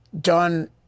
done